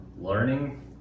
learning